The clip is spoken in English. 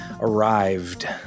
arrived